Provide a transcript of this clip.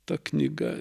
ta knyga